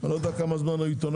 אני לא יודע כמה זמן הוא עיתונאי,